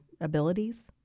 abilities